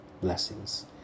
blessings